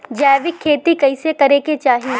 जैविक खेती कइसे करे के चाही?